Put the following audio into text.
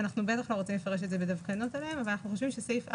בטח לא רוצים לפרש את זה בדווקנות ואנחנו חושבים שסעיף 4,